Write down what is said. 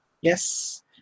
Yes